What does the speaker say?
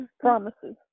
promises